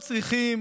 ולא צריכים